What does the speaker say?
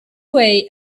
way